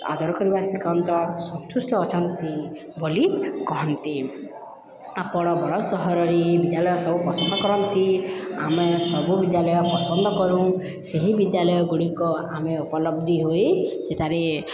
ଆଦର କରିବା ଶିଖାନ୍ତି ସନ୍ତୁଷ୍ଟ ଅଛନ୍ତି ବୋଲି କୁହନ୍ତି ଆପଣ ବଡ଼ ସହରରେ ବିଦ୍ୟାଳୟ ସବୁ ପସନ୍ଦ କରନ୍ତି ଆମେ ସବୁ ବିଦ୍ୟାଳୟ ପସନ୍ଦ କରୁ ସେହି ବିଦ୍ୟାଳୟ ଗୁଡ଼ିକ ଆମେ ଉପଲବ୍ଧି ହୋଇ ସେଠାରେ